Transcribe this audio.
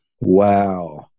Wow